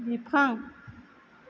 बिफां